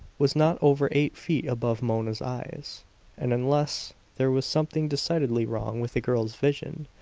was not over eight feet above mona's eyes and unless there was something decidedly wrong with the girl's vision,